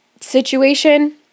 situation